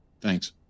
thanks